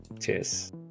Cheers